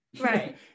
right